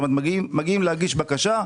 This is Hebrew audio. מגיעים להגיש בקשה,